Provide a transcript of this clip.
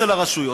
אצל הרשויות.